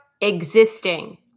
existing